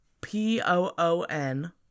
p-o-o-n